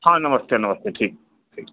हाँ नमस्ते नमस्ते ठीक ठीक